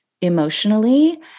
emotionally